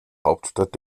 hauptstadt